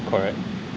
correct